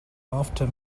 after